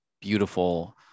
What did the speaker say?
beautiful